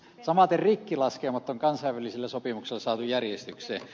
samaten rikkilaskeumat on kansainvälisillä sopimuksilla saatu järjestykseen